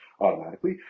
automatically